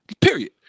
period